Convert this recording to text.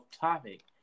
topic